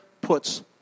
puts